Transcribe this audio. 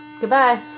Goodbye